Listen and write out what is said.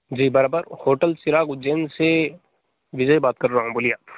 जी बराबर होटल चिराग उज्जैन से विनय बात कर रहा हूँ बोलिए